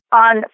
On